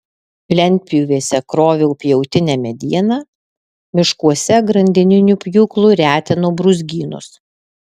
lentpjūvėse kroviau pjautinę medieną miškuose grandininiu pjūklu retinau brūzgynus